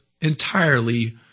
entirely